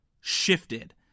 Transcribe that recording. shifted